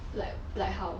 like like how